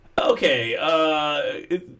Okay